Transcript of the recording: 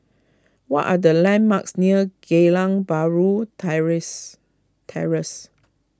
what are the landmarks near Geylang Bahru Terrace Terrace